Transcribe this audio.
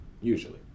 Usually